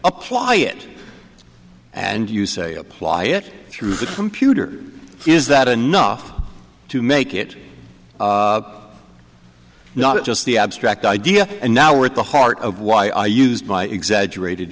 apply it and you say apply it through the computer is that enough to make it up not just the abstract idea and now we're at the heart of why i used my exaggerated